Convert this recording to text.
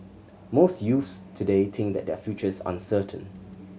most youths today think that their futures uncertain